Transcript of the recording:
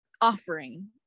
offering